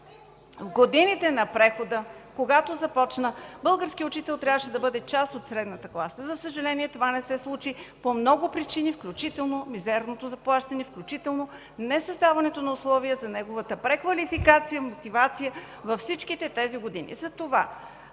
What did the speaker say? В годините на прехода българският учител трябваше да бъде част от средната класа. За съжаление това не се случи по много причини, включително мизерното заплащане, включително несъздаването на условия за неговата преквалификация, мотивация във всичките тези години.